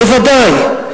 בוודאי,